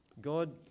God